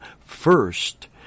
first